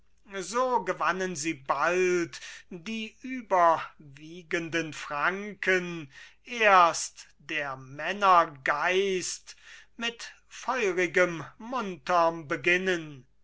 so gewannen sie bald die überwiegenden franken erst der männer geist mit feurigem munterm beginnen